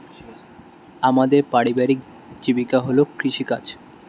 আমাদের পারিবারিক জীবিকা হল কৃষিকাজ